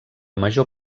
major